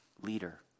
leader